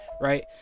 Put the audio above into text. Right